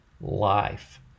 life